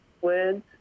words